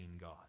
God